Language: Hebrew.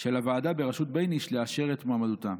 של הוועדה בראשות בייניש לאשר את מועמדותם.